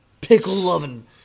Pickle-loving